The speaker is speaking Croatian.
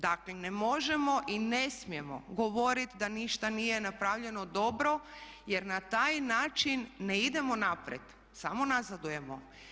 Dakle ne možemo i ne smijemo govoriti da ništa nije napravljeno dobro jer na taj način ne idemo naprijed, samo nazadujemo.